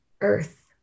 earth